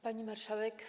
Pani Marszałek!